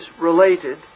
related